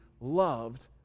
loved